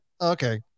Okay